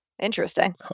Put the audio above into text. interesting